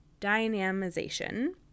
dynamization